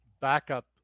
backup